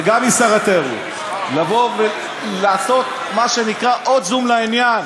וגם משר התיירות, לעשות מה שנקרא עוד זום לעניין,